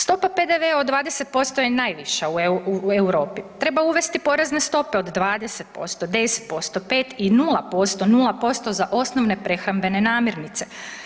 Stopa PDV-a od 20% je najviša u Europi, treba uvesti porezne stope od 20%, 10%, 5 i 0%, 0% za osnovne prehrambene namirnice.